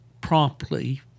promptly